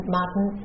Martin